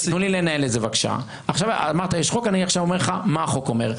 אמרת יש חוק, אני עכשיו אומר לך מה החוק אומר.